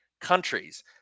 countries